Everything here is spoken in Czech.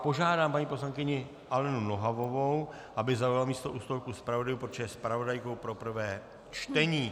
Požádám paní poslankyni Alenu Nohavovou, aby zaujala místo u stolku zpravodajů, protože je zpravodajkou pro prvé čtení.